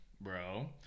Bro